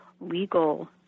legal